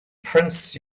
prince